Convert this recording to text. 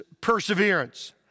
perseverance